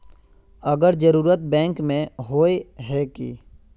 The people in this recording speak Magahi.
अगर जरूरत बैंक में होय है की?